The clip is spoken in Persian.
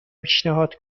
پیشنهاد